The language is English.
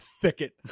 thicket